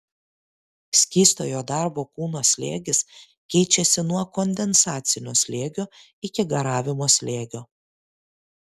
skystojo darbo kūno slėgis keičiasi nuo kondensacinio slėgio iki garavimo slėgio